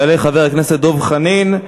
יעלה חבר הכנסת דב חנין,